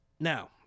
Now